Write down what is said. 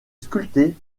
sculpté